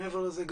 מעבר לזה,